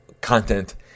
content